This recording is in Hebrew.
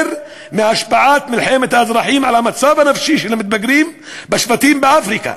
מהשפעת מלחמת האזרחים על המצב הנפשי של המתבגרים בשבטים באפריקה,